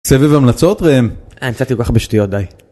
סביב המלצות ראם? אה, נתתי כל כך הרבה שטויות, די.